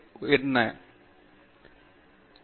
பேராசிரியர் ஸ்ரீகாந்த் வேதாந்தம் நல்லது